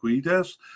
Guides